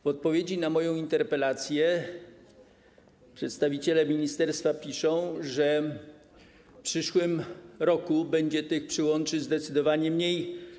W odpowiedzi na moją interpelację przedstawiciele ministerstwa piszą, że w przyszłym roku będzie tych przyłączy zdecydowanie mniej.